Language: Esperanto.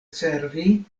servi